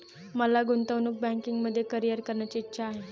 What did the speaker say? मला गुंतवणूक बँकिंगमध्ये करीअर करण्याची इच्छा आहे